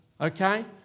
okay